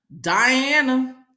Diana